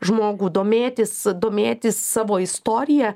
žmogų domėtis domėtis savo istorija